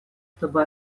чтобы